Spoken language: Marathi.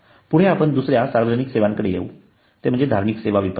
पुढे आपण दुसर्या सार्वजनिक सेवांकडे येऊ ते म्हणजे धार्मिक सेवा विपणन